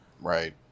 Right